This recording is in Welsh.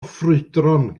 ffrwydron